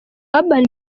urban